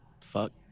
Fuck